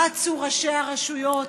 רצו ראשי הרשויות,